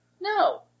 No